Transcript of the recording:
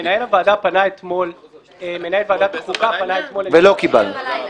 מנהל ועדת החוקה פנה אתמול --- ולא קיבלנו.